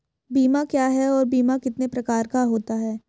बीमा क्या है और बीमा कितने प्रकार का होता है?